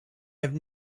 have